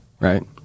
right